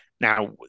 Now